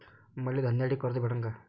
मले धंद्यासाठी कर्ज भेटन का?